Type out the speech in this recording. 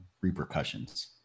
repercussions